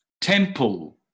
temple